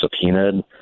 subpoenaed